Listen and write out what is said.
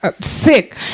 sick